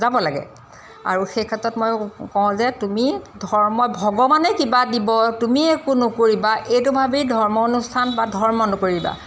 যাব লাগে আৰু সেই ক্ষেত্ৰত মইও কওঁ যে তুমি ধৰ্ম ভগৱানে কিবা দিব তুমি একো নকৰিবা এইটো ভাবেই ধৰ্ম অনুষ্ঠান বা ধৰ্ম নকৰিবা